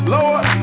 Lord